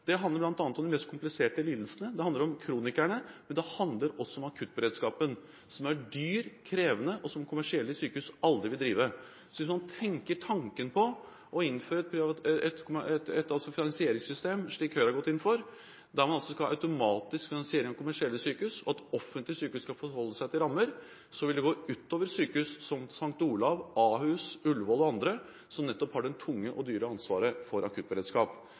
Det handler bl.a. om de mest kompliserte lidelsene, og det handler om kronikerne. Det handler også om akuttberedskapen, som er dyr, krevende, og som kommersielle sykehus aldri vil drive. Så hvis man tenker tanken på å innføre et finansieringssystem, slik Høyre har gått inn for, der man skal ha automatisk finansiering av kommersielle sykehus, og at offentlige sykehus skal forholde seg til rammer, ville det gå ut over sykehus som St. Olavs hospital, Ahus, Ullevål og andre, som nettopp har det tunge og dyre ansvaret for akuttberedskap.